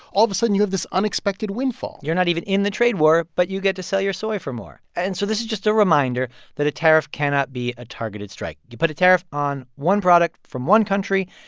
all of a sudden, you have this unexpected windfall you're not even in the trade war, but you get to sell your soy for more. and so this is just a reminder that a tariff cannot be a targeted strike. you put a tariff on one product from one country,